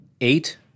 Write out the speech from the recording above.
Eight